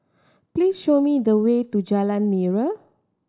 please show me the way to Jalan Nira